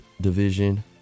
Division